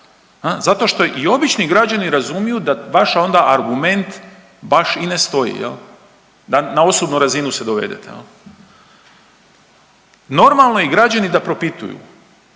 Zato što i obični građani razumiju da vaš onda argument baš i ne stoji, da na osobnu razinu se dovedete. Normalno je da građani propituju,